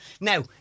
Now